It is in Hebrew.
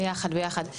ביחד, ביחד.